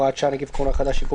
הוראת שעה) (נגיף הקורונה החדש) (עיכוב